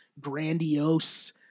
grandiose